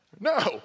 No